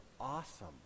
awesome